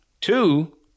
Two